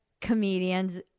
comedians